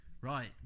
right